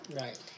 Right